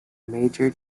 major